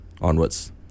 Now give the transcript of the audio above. onwards